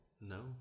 No